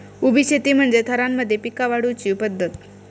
उभी शेती म्हणजे थरांमध्ये पिका वाढवुची पध्दत